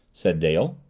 said dale.